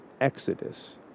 Exodus